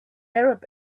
arab